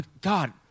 God